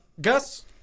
gus